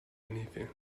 anything